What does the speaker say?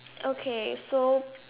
okay so